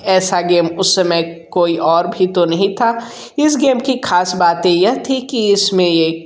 ऐसा गेम उस समय कोई और भी तो नहीं था इस गेम की ख़ास बातें यह थी कि इस में एक